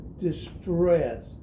distress